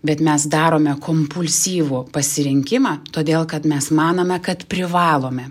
bet mes darome kompulsyvų pasirinkimą todėl kad mes manome kad privalome